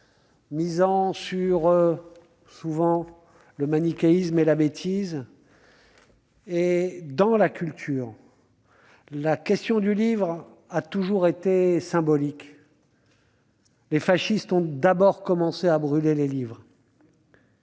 misant souvent sur le manichéisme et la bêtise. Dans la culture, la question du livre a toujours été symbolique. Les fascistes ont commencé par brûler les livres.